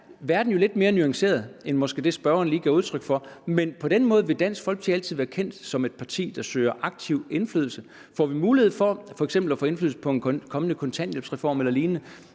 verden jo lidt mere nuanceret, end spørgeren måske lige gav udtryk for. På den måde vil Dansk Folkeparti altid være kendt som et parti, der søger aktiv indflydelse. Får vi mulighed for f.eks. at få indflydelse på en kommende kontanthjælpsreform eller lignende,